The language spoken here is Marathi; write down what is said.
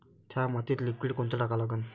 थ्या मातीत लिक्विड कोनचं टाका लागन?